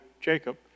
Jacob